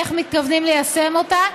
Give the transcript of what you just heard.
איך מתכוונים ליישם אותה,